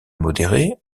modéré